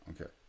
okay